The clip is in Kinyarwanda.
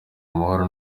amahoro